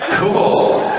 cool.